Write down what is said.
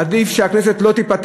עדיף שהכנסת לא תיפתח.